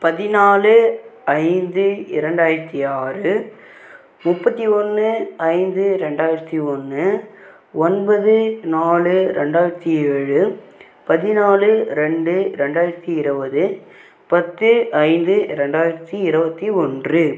பதினாலு ஐந்து இரண்டாயிரத்து ஆறு முப்பத்தி ஒன்று ஐந்து ரெண்டாயிரத்து ஒன்று ஒன்பது நாலு ரெண்டாயிரத்து ஏழு பதினாலு ரெண்டு ரெண்டாயிரத்து இருபது பத்து ஐந்து ரெண்டாயிரத்து இருபத்தி ஒன்று